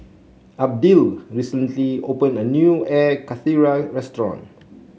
Abdiel recently opened a new Air Karthira restaurant